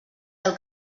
del